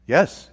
Yes